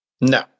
No